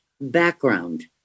Background